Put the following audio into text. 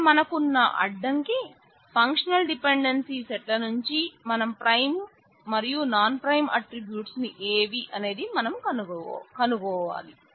ఇక్కడ మనకున్న అడ్డంకి ఫంక్షనల్ డిపెండెన్సీ సెట్ల నుంచి మనం ప్రైమ్ మరియు నాన్ ప్రైమ్ ఆట్రిబ్యూట్స్ ఏవి అనేది మనం కనుగొనాలి